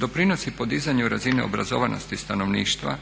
doprinosi podizanju razine obrazovanosti stanovništva,